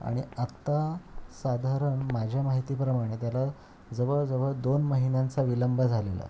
आणि आत्ता साधारण माझ्या माहितीप्रमाणे त्याला जवळजवळ दोन महिन्यांचा विलंब झालेला आहे